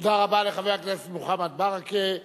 תודה רבה לחבר הכנסת מוחמד ברכה.